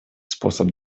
способ